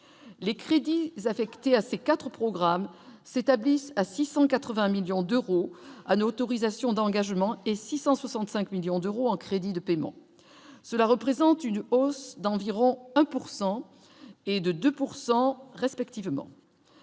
les crédits affectés à ces 4 programmes s'établissent à 680 millions d'euros Anne autorisations d'engagement et 665 millions d'euros en crédit de paiement, cela représente une hausse d'environ 1 pourcent